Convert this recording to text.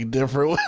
different